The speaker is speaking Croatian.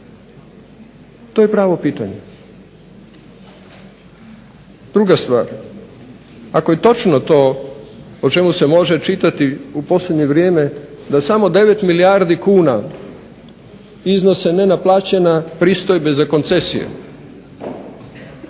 To je pravo pitanje. Druga stvar. Ako je točno to o čemu se može čitati u posljednje vrijeme da samo 9 milijardi kuna iznose nenaplaćene pristojbe za koncesije